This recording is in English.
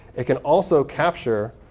it can also capture